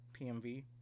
PMV